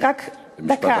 רק דקה בבקשה.